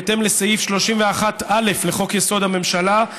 בהתאם לסעיף 31(א) לחוק-יסוד: הממשלה,